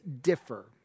differ